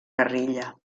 guerrilla